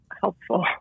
helpful